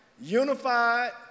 unified